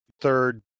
third